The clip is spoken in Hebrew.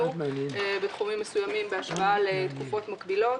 בתחומים מסוימים בהשוואה לתקופות מקבילות.